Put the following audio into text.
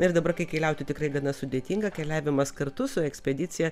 ir dabar kai keliauti tikrai gana sudėtinga keliavimas kartu su ekspedicija